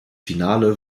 finale